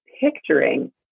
picturing